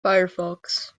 firefox